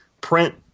print